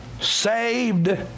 saved